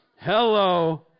Hello